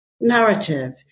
narrative